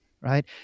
Right